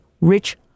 rich